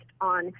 on